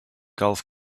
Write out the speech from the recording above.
golf